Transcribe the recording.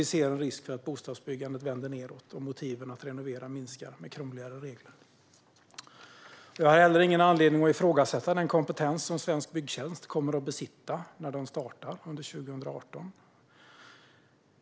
Vi ser en risk för att bostadsbyggandet vänder nedåt och motiven att renovera minskar i och med krångligare regler. Vi har ingen anledning att ifrågasätta den kompetens som Svensk Byggtjänst kommer att besitta när det startas 2018.